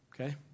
Okay